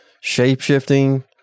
shape-shifting